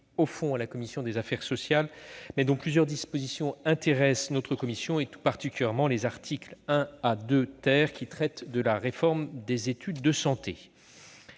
au fond à la commission des affaires sociales, mais dont plusieurs dispositions intéressent la commission, et tout particulièrement les articles 1 à 2 qui traitent de la réforme des études de santé.